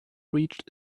reached